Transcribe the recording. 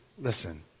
listen